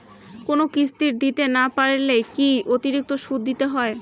কোনো কিস্তি দিতে না পারলে কি অতিরিক্ত সুদ দিতে হবে?